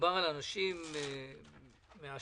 מדובר על אנשים מהשורה,